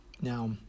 Now